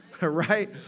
Right